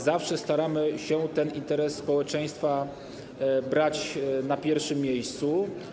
Zawsze staramy się interes społeczeństwa stawiać na pierwszym miejscu.